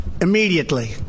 immediately